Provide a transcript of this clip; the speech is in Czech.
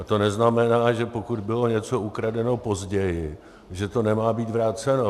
To neznamená, že pokud bylo něco ukradeno později, že to nemá být vráceno.